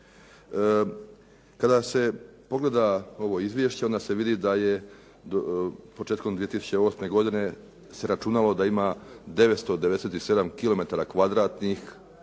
Kada se pogleda ovo izvješće onda se vidi da je početkom 2008. godine se računalo da ima 997